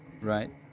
right